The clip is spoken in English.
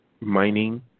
mining